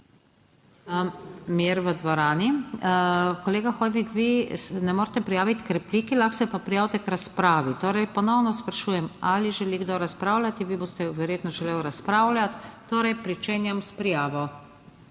Mir v dvorani. Kolega Hoivik, vi se ne morete prijaviti k repliki, lahko se pa prijavite k razpravi. Torej ponovno sprašujem, ali želi kdo razpravljati. Vi boste verjetno želel razpravljati, torej pričenjam s prijavo.